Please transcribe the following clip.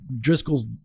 Driscoll's